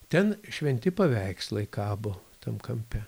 ten šventi paveikslai kabo tam kampe